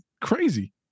Crazy